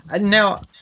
Now